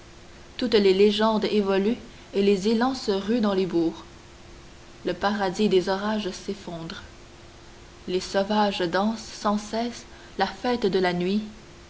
toutes les légendes évoluent et les élans se ruent dans les bourgs le paradis des orages s'effondre les sauvages dansent sans cesse la fête de la nuit